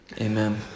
Amen